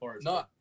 no